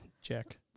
Check